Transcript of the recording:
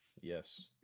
yes